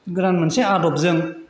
गोदान मोनसे आदबजों